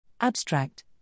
Abstract